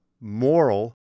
moral